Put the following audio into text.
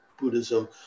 Buddhism